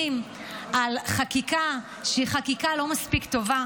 על חקיקה שהיא חקיקה לא מספיק טובה,